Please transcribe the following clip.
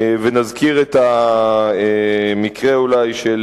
ונזכיר אולי את המקרה